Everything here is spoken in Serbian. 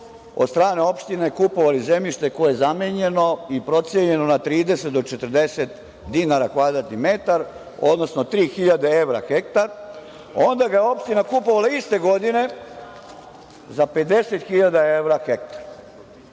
od strane opštine kupovali zemljište koje je zamenjeno i procenjeno na 30 do 40 dinara kvadratnih metar, odnosno 3.000 evra hektar. Onda ga je opština kupovala iste godine za 50.000 evra hektar.